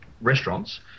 restaurants